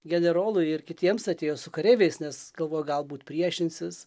generolui ir kitiems atėjo su kareiviais nes galvojo galbūt priešinsis